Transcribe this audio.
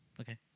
Okay